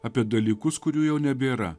apie dalykus kurių jau nebėra